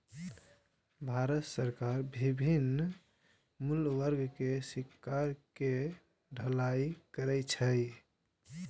भारत सरकार विभिन्न मूल्य वर्ग के सिक्का के ढलाइ करै छै